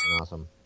awesome